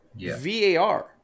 VAR